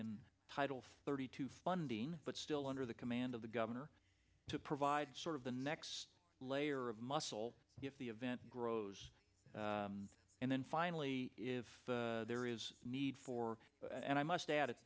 in title thirty two funding but still under the command of the governor to provide sort of the next layer of muscle if the event grows and then finally if there is need for and i must add